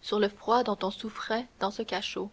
sur le froid dont on souffrait dans ce cachot